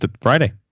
Friday